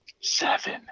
Seven